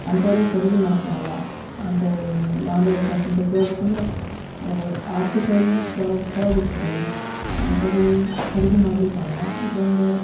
ಅಂಥೋರಿಗೆ ಖರೀದಿ ಮಾಡಕ್ಕೆ ಆಗಲ್ಲ ಅಂಥೋರಿಗೆ ಈ ಆನ್ಲೈನ್ ಕ್ಲಾಸ್ ಇಂಥವು ಕೇಳ್ಬೇಕ್ ಅಂದ್ರೆ ಆರ್ಥಿಕವಾಗಿ ಕೆಳಗೆ ಕೆಳಗೆ ಇರ್ತಾರೆ ಅವರು ಅಂಥೋರಿಗೆ ಖರೀದಿ ಮಾಡ್ಲಿಕ್ಕೆ ಆಗಲ್ಲ ಇದೊಂದು